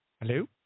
Hello